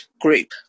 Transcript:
group